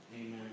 Amen